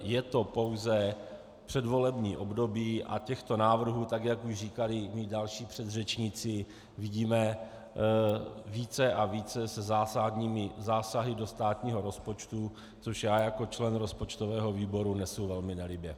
Je to pouze předvolební období a těchto návrhů, jak už říkali mí další předřečníci, vidíme více a více se zásadními zásahy do státního rozpočtu, což já jako člen rozpočtového výboru nesu velmi nelibě.